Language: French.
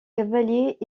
cavaliers